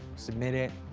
submit it.